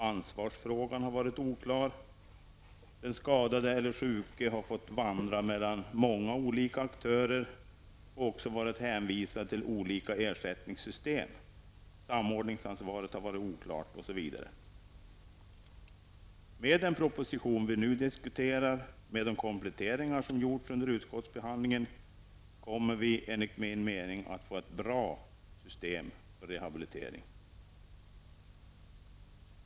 Ansvarsfrågan har varit oklar, den skadade eller sjuke har fått vandra mellan många olika aktörer och också varit hänvisad till olika ersättningssystem, samordningsansvaret har varit oklart, osv. Med den proposition vi nu diskuterar -- och med de kompletteringar som gjorts under utskottsbehandlingen -- kommer vi enligt min uppfattning att få ett bra system för rehabilitering.